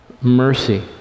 Mercy